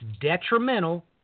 detrimental